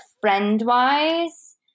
friend-wise